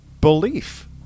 belief